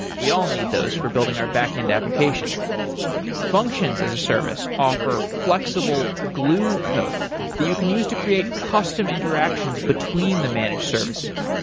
we all need those for building our backend applications functions as a service offer flexible glue code that you can use to create custom interactions between the managed services.